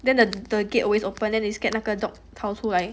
then the the gate always open is they scared the dog 跑出来